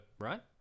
right